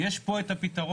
יש פה את הפתרון,